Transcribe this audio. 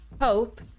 hope